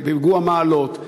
בפיגוע מעלות.